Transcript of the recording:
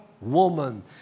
woman